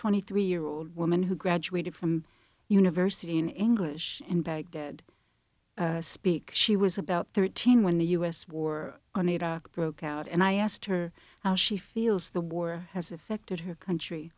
twenty three year old woman who graduated from university in english in baghdad speak she was about thirteen when the u s war on iraq broke out and i asked her how she feels the war has affected her country